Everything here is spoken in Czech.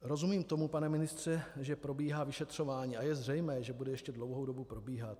Rozumím tomu, pane ministře, že probíhá vyšetřování, a je zřejmé, že bude ještě dlouhou dobu probíhat.